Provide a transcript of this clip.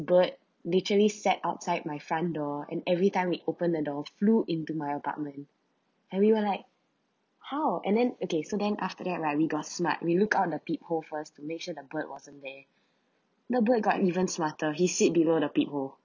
bird literally set outside my front door and every time we open the door flew into my apartment and we were like how and then okay so then after that like we got smart we look out on the peep hole first to make sure the bird wasn't there the bird got even smarter he sit below the peep hole